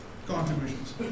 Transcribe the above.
contributions